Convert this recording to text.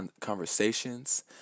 conversations